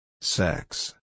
Sex